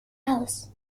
aus